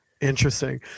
Interesting